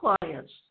clients